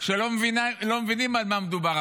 שלא מבינים על מה מדובר.